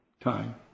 time